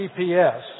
GPS